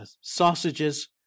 sausages